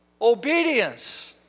obedience